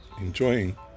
enjoying